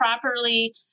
properly